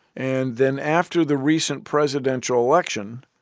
and then after the recent presidential election,